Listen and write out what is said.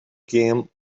game